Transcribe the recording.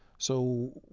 so,